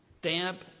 damp